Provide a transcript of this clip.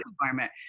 environment